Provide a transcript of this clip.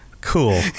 Cool